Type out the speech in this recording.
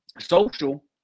social